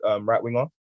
right-winger